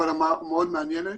אבל המאוד מעניינת.